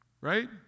right